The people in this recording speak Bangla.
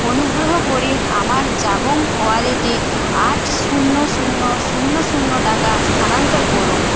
অনুগ্রহ করে আমার জাবং ওয়ালেটে আট শূন্য শূন্য শূন্য শূন্য টাকা স্থানান্তর করুন